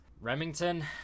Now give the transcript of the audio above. Remington